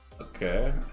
Okay